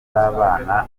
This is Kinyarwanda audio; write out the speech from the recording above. babana